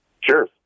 Sure